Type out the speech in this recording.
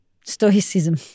stoicism